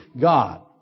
God